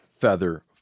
feather